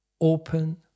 open